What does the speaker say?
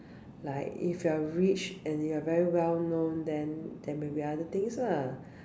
like if you are rich and you are very well known then there maybe other things lah